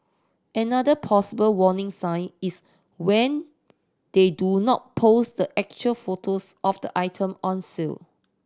another possible warning sign is when they do not post the actual photos of the item on sale